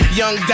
young